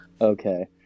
Okay